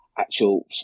actual